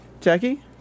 Jackie